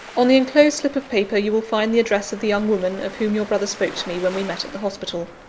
on the enclosed slip of paper you will find the address of the young woman, of whom your brother spoke to me when we met at the hospital.